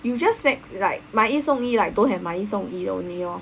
you just max like 买一送一 like don't have 买一送一 only lor